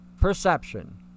perception